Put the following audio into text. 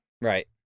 Right